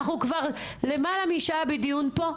אנחנו כבר למעלה משעה בדיון פה.